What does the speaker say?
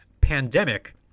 pandemic